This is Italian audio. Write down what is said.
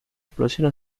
esplosione